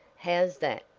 how's that?